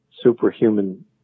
superhuman